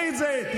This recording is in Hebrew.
הבן שלו.